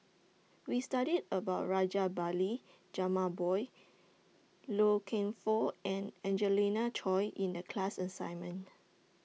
We studied about Rajabali Jumabhoy Loy Keng Foo and Angelina Choy in The class assignment